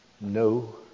No